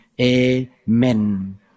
amen